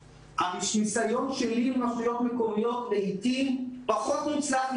הניסיון שלי עם רשויות מקומיות לעיתים פחות מוצלח מחברות הנסיעות.